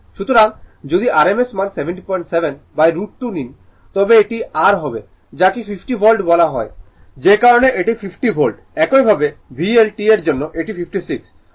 সুতরাং যদি rms মান 707√ 2 নিন তবে এটি r হবে যাকে 50 ভোল্ট বলা হয় যে কারণে এটি 50 ভোল্ট একইভাবে VL t এর জন্য এটি 56